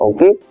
Okay